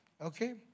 Okay